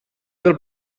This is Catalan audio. del